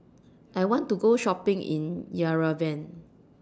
I want to Go Shopping in Yerevan